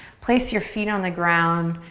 place your feet on the ground,